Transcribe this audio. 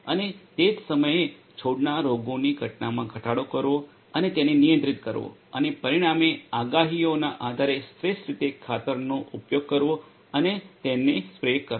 અને તે જ સમયે છોડના રોગોની ઘટનામાં ઘટાડો કરવો અને તેને નિયંત્રિત કરવો અને પરિણામે આગાહીઓના આધારે શ્રેષ્ઠ રીતે ખાતરોનો ઉપયોગ કરવો અને તેને સ્પ્રે કરવો